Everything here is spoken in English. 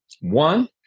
One